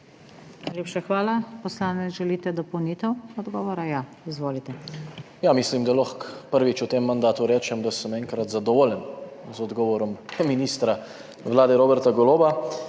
Najlepša hvala. Poslanec, želite dopolnitev odgovora? Ja. Izvolite. **ŽAN MAHNIČ (PS SDS):** Mislim, da lahko prvič v tem mandatu rečem, da sem enkrat zadovoljen z odgovorom ministra vlade Roberta Goloba.